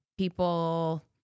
people